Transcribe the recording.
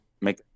Make